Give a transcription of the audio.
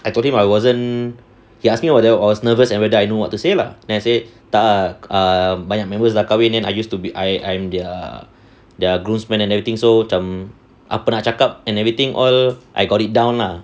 I told him I wasn't he ask me whatever I was nervous and whether I know what to say lah then I say tak ah err banyak members dah kahwin then I used to be I I'm their their groomsman and everything so macam apa nak cakap and everything all I got it down lah